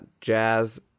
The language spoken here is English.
jazz